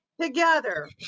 together